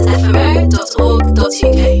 fmo.org.uk